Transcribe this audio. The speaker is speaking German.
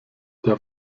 der